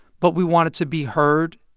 but we wanted to be heard.